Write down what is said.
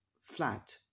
flat